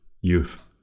Youth